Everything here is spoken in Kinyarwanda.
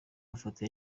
mafoto